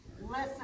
listen